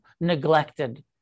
neglected